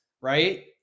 right